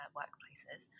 workplaces